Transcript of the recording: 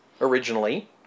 originally